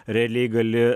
realiai gali